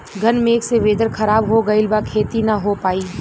घन मेघ से वेदर ख़राब हो गइल बा खेती न हो पाई